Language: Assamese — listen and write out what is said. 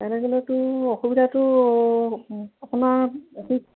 তেনেকৈ হ'লেতো অসুবিধাটো আপোনাৰ অফিচ